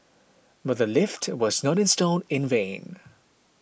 but the lift was not installed in vain